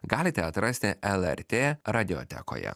galite atrasti lrt radiotekoje